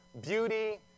beauty